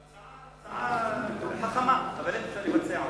זו הצעה חכמה, אבל איך אפשר לבצע אותה?